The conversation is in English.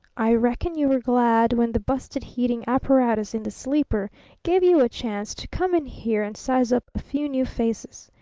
i reckon you were glad when the busted heating apparatus in the sleeper gave you a chance to come in here and size up a few new faces.